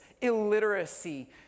illiteracy